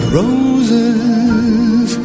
roses